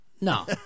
No